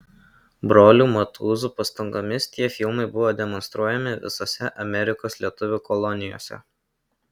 brolių matuzų pastangomis tie filmai buvo demonstruojami visose amerikos lietuvių kolonijose